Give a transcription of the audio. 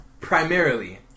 primarily